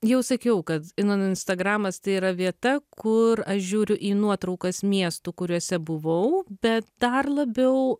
jau sakiau kad inan instagramas tai yra vieta kur aš žiūriu į nuotraukas miestų kuriuose buvau bet dar labiau